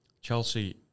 Chelsea